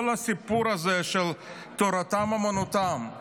כל הסיפור הזה של תורתם אומנותם,